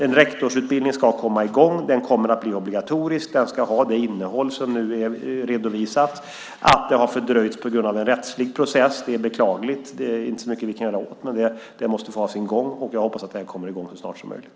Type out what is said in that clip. En rektorsutbildning ska komma i gång. Den kommer att bli obligatorisk. Den ska ha det innehåll som nu är redovisat. Att den har fördröjts på grund av en rättslig process är beklagligt. Det är inte så mycket vi kan göra åt det. Processen måste få ha sin gång. Jag hoppas att utbildningen kommer i gång så snart som möjligt.